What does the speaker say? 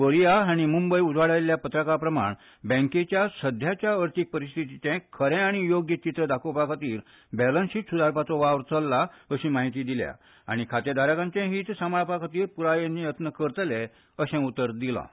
बोरिया हांणी मुंबय उजवाडायिल्ल्या पत्रका प्रमाण बँकेची सध्याच्या अर्थीक परिस्थितीचें खरें आनी योग्य चीत्र दाखोवपा खातीर बॅलंस शीट सुदारपाचो वावर चल्ला अशी म्हायती दिल्या आनी खातेधारकांचे हीत सांबाळपा खातीर धिटायेन येत्न करतले अशें उतर दिलां